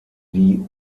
die